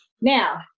Now